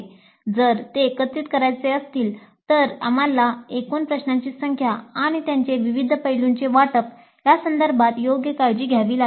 जर ते एकत्रीत करायचे असेल तर आम्हाला एकूण प्रश्नांची संख्या आणि त्यांचे विविध पैलूंचे वाटप या संदर्भात योग्य काळजी घ्यावी लागेल